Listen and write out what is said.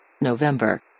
November